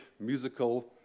musical